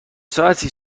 ساعتی